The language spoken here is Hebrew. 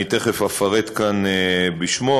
אני תכף אפרט כאן בשמו,